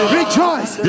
rejoice